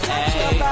Hey